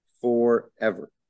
forever